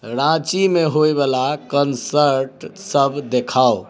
राँचीमे होयवला कनसर्टसब देखाउ